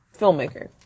filmmaker